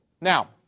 Now